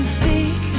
seek